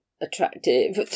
attractive